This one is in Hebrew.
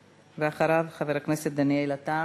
ואחריו, חבר הכנסת דניאל עטר.